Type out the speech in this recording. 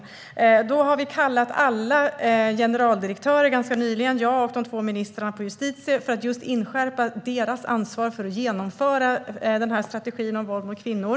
Jag och de andra två ministrarna på Justitiedepartementet har ganska nyligen kallat alla generaldirektörer för att just inskärpa deras ansvar för att genomföra denna strategi om våld mot kvinnor.